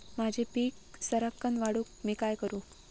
माझी पीक सराक्कन वाढूक मी काय करू?